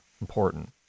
important